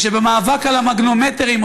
ושבמאבק על המגנומטרים,